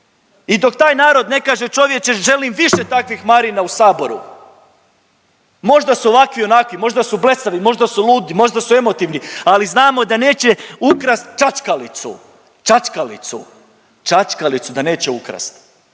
i dok taj narod ne kaže čovječe želim više takvih Marina u saboru, možda su ovakvi i onakvi, možda su blesavi, možda su ludi, možda su emotivni, ali znamo da neće ukrast čačkalicu, čačkalicu, čačkalicu da neće ukrast.